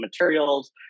materials